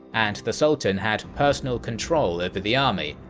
and the sultan had personal control over the army,